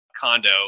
condo